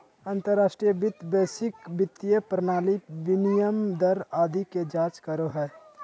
अंतर्राष्ट्रीय वित्त वैश्विक वित्तीय प्रणाली, विनिमय दर आदि के जांच करो हय